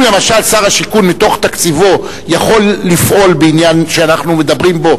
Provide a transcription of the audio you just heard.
אם למשל שר השיכון מתוך תקציבו יכול לפעול בעניין שאנחנו מדברים בו,